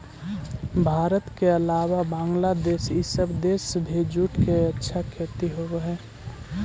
भारत के अलावा बंग्लादेश इ सब देश में भी जूट के अच्छा खेती होवऽ हई